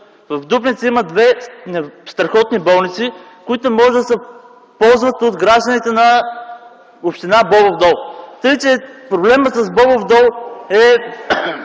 В Дупница има две страхотни болници, които може да се ползват от гражданите на община Бобов дол. Така че проблемът с Бобов дол е